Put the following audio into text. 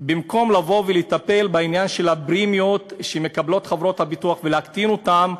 במקום לבוא ולטפל בעניין של הפרמיות שמקבלות חברות הביטוח ולהקטין אותן,